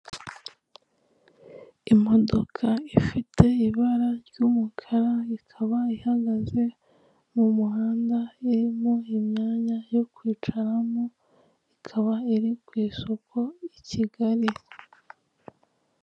Imodoka ifite ibara ry'umukara ikaba ihagaze mu muhanda irimo imyanya yo kwicaramo, ikaba iri ku isoko i Kigali.